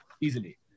easily